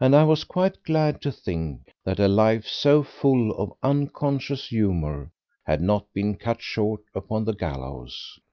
and i was quite glad to think that a life so full of unconscious humour had not been cut short upon the gallows.